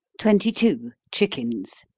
twenty two. chickens.